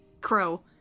crow